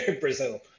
Brazil